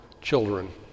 children